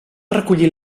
recollir